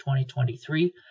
2023